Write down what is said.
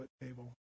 table